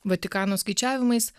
vatikano skaičiavimais